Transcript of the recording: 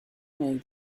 make